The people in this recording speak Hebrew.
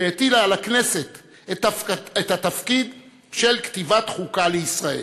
שהטילה על הכנסת את התפקיד של כתיבת חוקה לישראל,